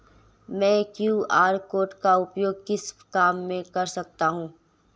मैं QR code का उपयोग किस काम में कर सकता हूं?